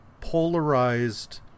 polarized